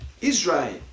Israel